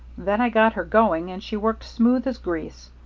then i got her going and she worked smooth as grease.